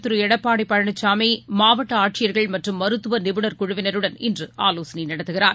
திருஎடப்பாடிபழனிசாமி மாவட்டஆட்சியர்கள் மற்றும் மருத்துவநிபுணர் குழுவினருடன் இன்றுஆலோசனைநடத்துகிறார்